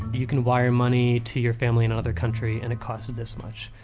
you can wire money to your family in another country and it costs this much.